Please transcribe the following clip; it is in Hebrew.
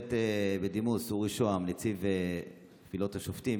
השופט בדימוס אורי שהם, נציב קבילות השופטים,